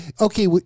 okay